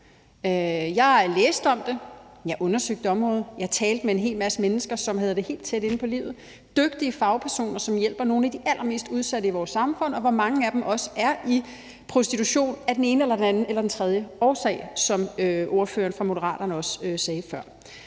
Jeg læste om det og undersøgte området. Jeg talte med en hel masse mennesker, som havde det helt tæt inde på livet – dygtige fagpersoner, som hjælper nogle af de allermest udsatte i vores samfund, som er i prostitution af den ene eller den anden eller den tredje årsag, som ordføreren for Moderaterne også sagde før.